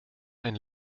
ein